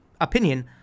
opinion